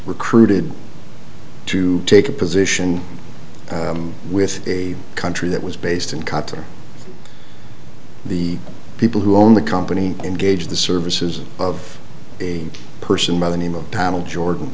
recruited to take a position with a country that was based in qatar the people who own the company engage the services of a person by the name of donald jordan